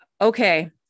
okay